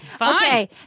Okay